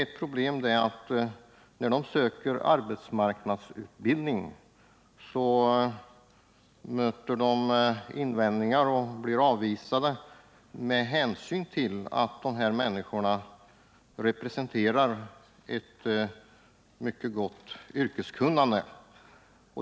Ett problem är att de när de söker arbetsmarknadsutbildning möter invändningar och blir avvisade med hänvisning till att de representerar ett mycket gott yrkeskunnande.